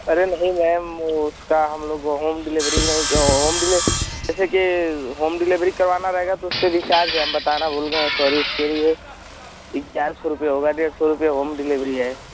अरे नहीं मैम उसका हम लोग होम डिलेवरी नहीं होम डिले जैसेकि होम डिलेवरी करवाना रहेगा तो उसके भी चार्ज हैं हम बताना भूल गए सॉरी उसके लिए यह चार सौ रुपये होगा डेढ़ सौ रुपये होम डिलेवरी है